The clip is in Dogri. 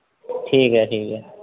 ठीक ऐ ठीक ऐ